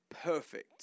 perfect